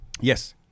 Yes